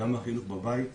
גם בחינוך בבית,